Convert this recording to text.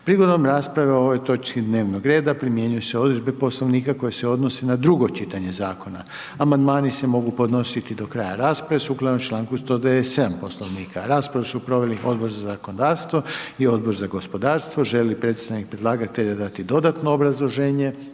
Prigodom rasprave o ovoj točci dnevnog reda, primjenjuju se odredbe Poslovnika koje se odnose na drugo čitanje Zakona. Amandmani se mogu podnositi do kraja rasprave sukladno članku 197. Poslovnika, raspravu su proveli Odbor za zakonodavstvo i Odbor za gospodarstvo. Želi li predstavnik predlagatelja da ti dodatno obrazloženje?